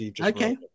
Okay